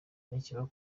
ntikiba